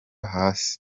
hasi